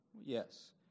Yes